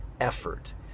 effort